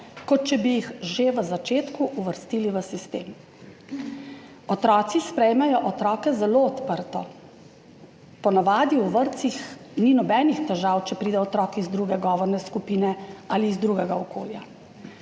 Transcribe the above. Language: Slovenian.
kot če bi jih že v začetku uvrstili v sistem. Otroci sprejmejo otroke zelo odprto. Po navadi v vrtcih ni nobenih težav, če pride otrok iz druge govorne skupine ali iz drugega okolja.